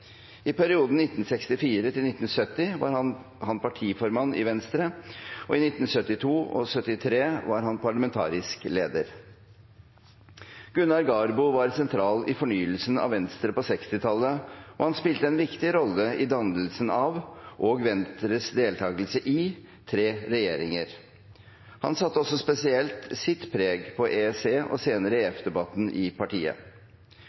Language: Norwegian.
I perioden 1964–1970 var han partiformann i Venstre, og i 1972 og 1973 var han parlamentarisk leder. Gunnar Garbo var sentral i fornyelsen av Venstre på 1960-tallet, og han spilte en viktig rolle i dannelsen av og Venstres deltakelse i tre regjeringer. Han satte også spesielt sitt preg på EEC- og senere EF-debatten i partiet.